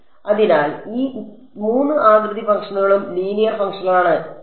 അതിനാൽ ഈ 3 ആകൃതി ഫംഗ്ഷനുകളും ലീനിയർ ഫംഗ്ഷനുകളാണ് ശരി